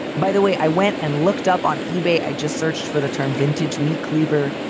by the way, i went and looked up on ebay. i just searched for the term vintage meat cleaver.